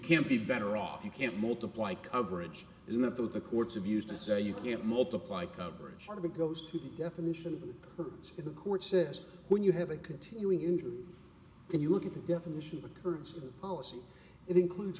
can't be betteroff you can't multiply coverage isn't it through the courts of used to say you can't multiply coverage to goes to the definition if the court says when you have a continuing injury and you look at the definition of occurrence in policy it includes